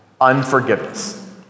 Unforgiveness